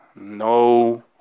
No